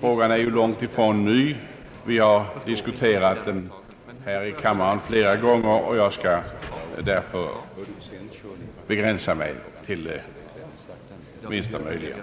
Frågan är långt ifrån ny. Vi har diskuterat den här i kammaren flera gånger, senast under förra året. Jag skall därför begränsa mig till det minsta möjliga.